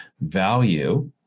value